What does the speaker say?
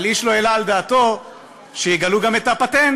אבל איש לא העלה על דעתו שיגלו גם את הפטנט